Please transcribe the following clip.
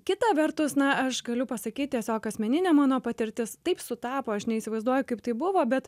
kita vertus na aš galiu pasakyt tiesiog asmeninė mano patirtis taip sutapo aš neįsivaizduoju kaip tai buvo bet